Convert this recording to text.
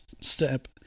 step